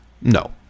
no